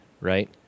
right